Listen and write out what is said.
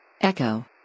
Echo